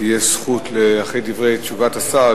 אחרי דברי השר,